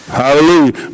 hallelujah